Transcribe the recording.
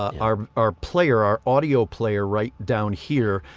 our our player, our audio player right down here,